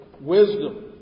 wisdom